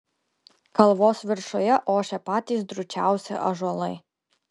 kalvos viršuje ošė patys drūčiausi ąžuolai